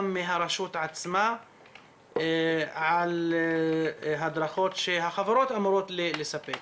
מהרשות עצמה על הדרכות שהחברות אמורות לספק.